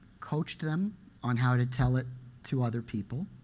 coached them on how to tell it to other people,